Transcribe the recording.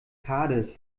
cardiff